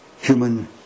human